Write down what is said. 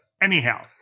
anyhow